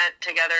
together